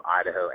Idaho